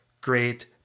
great